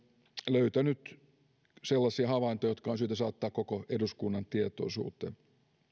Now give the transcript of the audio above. löytänyt sellaisia havaintoja jotka on syytä saattaa koko eduskunnan tietoisuuteen